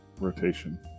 rotation